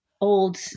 old